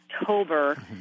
October